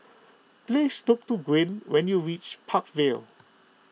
please look to Gwyn when you reach Park Vale